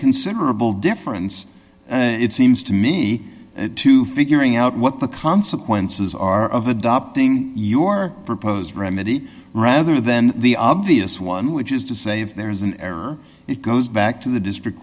considerable difference it seems to me to figuring out what the consequences are of adopting your proposed remedy rather than the obvious one which is to say if there is an error it goes back to the district